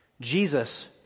Jesus